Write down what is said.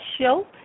show